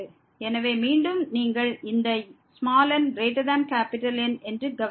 எனவே மீண்டும் நீங்கள் இந்த nN என்று கவனிக்க வேண்டும்